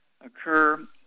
occur